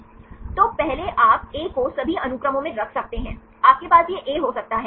तो आप पहले ए को सभी 4 अनुक्रमों में रख सकते हैं आपके पास यह ए हो सकता है